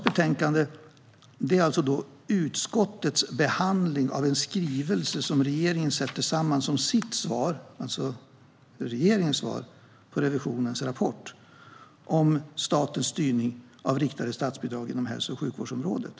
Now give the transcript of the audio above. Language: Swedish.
Betänkandet är alltså utskottets behandling av en skrivelse som regeringen sätter samman som sitt svar på revisionens rapport om statens styrning av riktade statsbidrag inom hälso och sjukvårdsområdet.